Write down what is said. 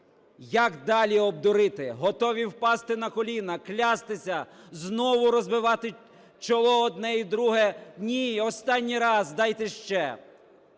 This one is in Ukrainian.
як далі обдурити. Готові впасти на коліна. клястися, знову розбивати чоло одне і друге, ні, останній раз дайте ще.